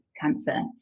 cancer